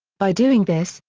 by doing this,